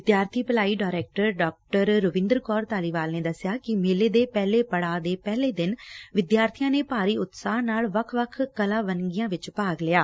ਵਿਦਿਆਰਥੀ ਭਲਾਈ ਡਾਇਰੈਕਟਰ ਡਾ ਰਵਿੰਦਰ ਕੌਰ ਧਾਲੀਵਾਲ ਨੇ ਦੱਸਿਆ ਕਿ ਮੇਲੇ ਦੇ ਪਹਿਲੇ ਪੜਾਅ ਦੇ ਪਹਿਲੇ ਦਿਨ ਵਿਦਿਆਰਥੀਆਂ ਨੇ ਭਾਰੀ ਉਤਸ਼ਾਹ ਨਾਲ ਵੱਖ ਵੱਖ ਕਲਾ ਵੰਨਗੀਆਂ ਵਿੱਚ ਭਾਗ ਲਿਆ